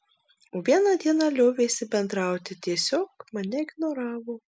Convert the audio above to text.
o vieną dieną liovėsi bendrauti tiesiog mane ignoravo